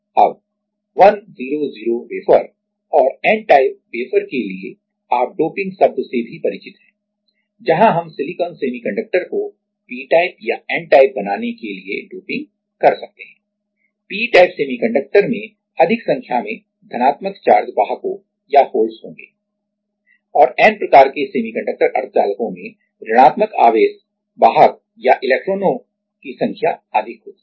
अब 100 वेफर और n type wafer के लिए आप डोपिंग शब्द से भी परिचित हैं जहां हम सिलिकॉन सेमीकंडक्टर को p टाइप या n टाइप बनाने के लिए डोपिंग कर सकते हैं p टाइप सेमीकंडक्टर में अधिक संख्या में धनात्मक चार्ज वाहको या होल्स होंगे और n प्रकार के सेमीकंडक्टर अर्धचालकों में ऋणात्मक आवेश वाहको या इलेक्ट्रॉनों की संख्या अधिक होती है